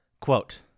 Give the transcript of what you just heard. Quote